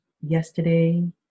yesterday